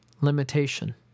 limitation